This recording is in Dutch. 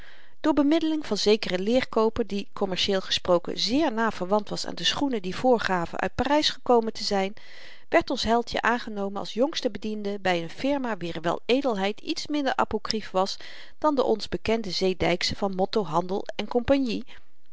door bemiddeling van zekeren leerkooper die kommercieel gesproken zeer na verwant was aan de schoenen die voorgaven uit parys gekomen te zyn werd ons heldjen aangenomen als jongste bediende by n firma wier weledelheid iets minder aprokrief was dan de ons bekende zeedyksche van motto handel cie